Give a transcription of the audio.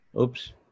Oops